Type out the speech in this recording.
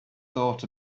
thought